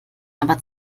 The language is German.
aber